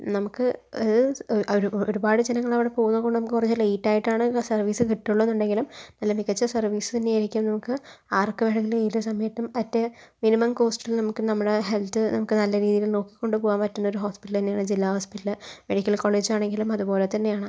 നമുക്ക് ഒരുപാട് ജനങ്ങൾ അവിടെ പോകുന്നത് കൊണ്ട് നമുക്ക് കുറച്ച് ലേറ്റ് ആയിട്ടാണ് സർവീസ് കിട്ടുള്ളൂന്നുണ്ടെങ്കിലും നല്ല മികച്ച സർവീസ് തന്നെ ആയിരിക്കും നമുക്ക് ആർക്ക് വേണെങ്കിലും ഏത് സമയത്തും അറ്റ് മിനിമം കോസ്റ്റില് നമ്മുടെ ഹെൽത്ത് നമുക്ക് നല്ല രീതിയിൽ നോക്കി കൊണ്ട് പോവാൻ പറ്റുന്ന ഒരു ഹോസ്പിറ്റൽ തന്നെയാണ് ജില്ലാ ഹോസ്പിറ്റല് മെഡിക്കൽ കോളേജ് ആണെങ്കിലും അതുപോലെ തന്നയാണ്